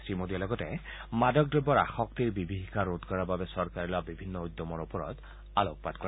শ্ৰীমোদীয়ে লগতে মাদকদ্ৰব্যৰ আসক্তিৰ বিভীষিকা ৰোধ কৰাৰ বাবে চৰকাৰে লোৱা বিভিন্ন উদ্যমৰ ওপৰত আলোকপাত কৰে